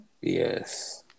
Yes